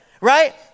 right